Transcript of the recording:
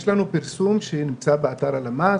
יש לנו פרסום שנמצא באתר הלמ"ס,